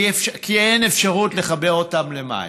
כי אין אפשרות לחבר אותן למים.